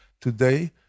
today